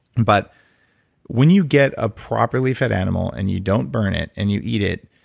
but when you get a properly fed animal and you don't burn it and you eat it,